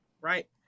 right